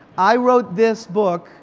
i wrote this book,